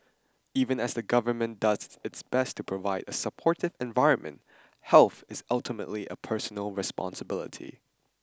even as the government does its best to provide a supportive environment health is ultimately a personal responsibility